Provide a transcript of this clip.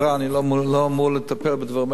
אני לא אמור לטפל בדברים האלה,